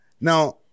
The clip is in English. Now